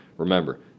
Remember